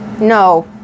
No